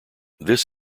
this